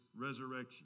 resurrection